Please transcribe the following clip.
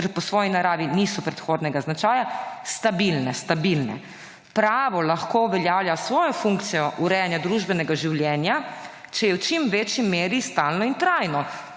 pridržkov ter po svoji naravi niso predhodnega značaja stabilne. Pravo lahko uveljavlja svojo funkcijo urejanja družbenega življenja, če je v čim večji meri stalno in trajno.